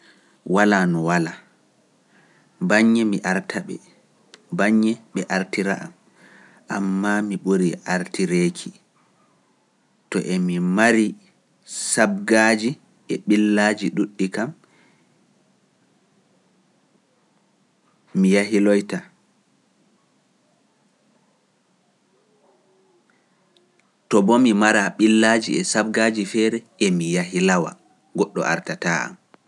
Walaa no walaa, baŋŋe mi arta ɓe, baŋŋe ɓe artira am, ammaa mi ɓuri artireeki, to emi mari sabgaaji e ɓillaaji ɗuddi kam, mi yahilawta. to bo mi mara billaaji feere kam, emi yahilawa, goɗɗo artataa am.